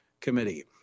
Committee